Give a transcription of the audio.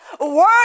word